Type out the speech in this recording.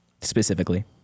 specifically